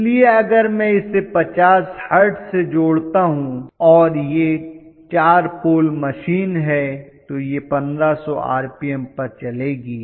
इसलिए अगर मैं इसे 50 हर्ट्ज से जोड़ता हूं और यह 4 पोल मशीन है तो यह 1500 आरपीएम पर चलेगी